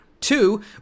two